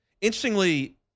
Interestingly